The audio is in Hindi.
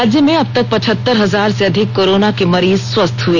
राज्य में अबतक पचहत्तर हजार से अधिक कोरोना के मरीज स्वस्थ हुए